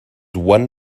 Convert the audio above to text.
one